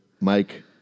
Mike